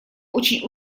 очень